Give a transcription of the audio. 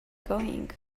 going